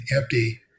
empty